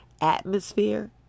atmosphere